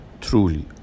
truly